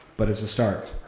but it's a start.